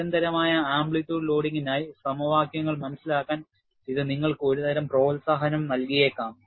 നിരന്തരമായ ആംപ്ലിറ്റ്യൂഡ് ലോഡിംഗിനായി സമവാക്യങ്ങൾ മനസിലാക്കാൻ ഇത് നിങ്ങൾക്ക് ഒരുതരം പ്രോത്സാഹനം നൽകിയേക്കാം